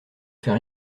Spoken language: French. fait